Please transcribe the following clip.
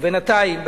ובינתיים,